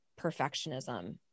perfectionism